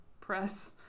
press